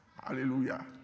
Hallelujah